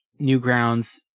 Newgrounds